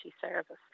service